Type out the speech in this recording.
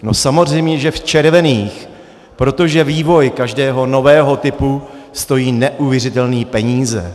No samozřejmě že v červených, protože vývoj každého nového typu stojí neuvěřitelné peníze.